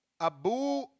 Abu